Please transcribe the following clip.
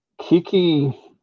Kiki